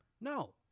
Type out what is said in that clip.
No